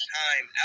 time